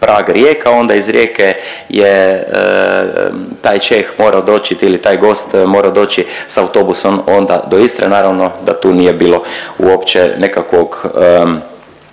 Prag-Rijeka onda iz Rijeke je taj Čeh morao doći ili taj gost morao doći s autobusom onda do Istre, naravno da tu nije bilo uopće nekakvog